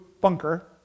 bunker